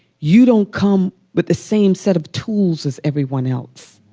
you don't come with the same set of tools as everyone else.